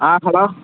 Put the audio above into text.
ஆ hello